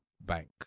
bank